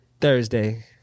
Thursday